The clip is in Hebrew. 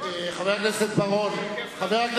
חבר הכנסת בר-און,